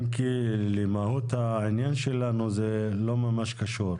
אם כי למהות העניין שלנו זה לא ממש קשור.